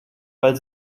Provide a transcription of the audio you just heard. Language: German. weil